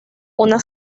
una